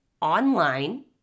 online